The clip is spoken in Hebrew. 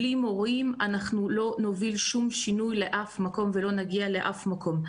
בלי מורים אנחנו לא נוביל שום שינוי לאף מקום ולא נגיע לאף מקום.